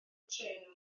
trên